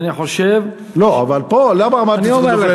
ואני חושב, לא, אבל פה, למה אמרתי סכיזופרניה.